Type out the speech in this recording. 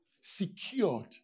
secured